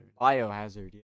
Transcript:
biohazard